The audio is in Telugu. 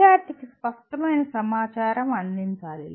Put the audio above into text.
విద్యార్థికి స్పష్టమైన సమాచారం అందించాలి